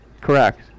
Correct